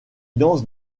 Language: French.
danse